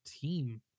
team